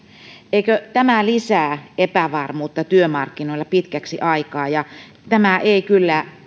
eikö tämä lisää epävarmuutta työmarkkinoilla pitkäksi aikaa tämä ei kyllä